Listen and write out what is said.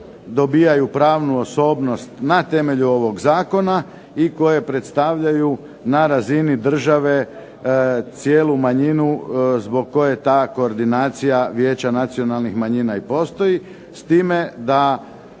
dobijaju pravnu osobnost na temelju ovog zakona i koje predstavljaju na razini države cijelu manjinu zbog koje ta koordinacija Vijeća nacionalnih manjina i postoji, s time da